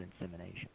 insemination